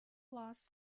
loss